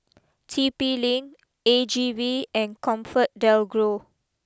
T P Link A G V and ComfortDelGro